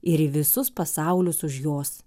ir į visus pasaulius už jos